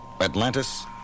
atlantis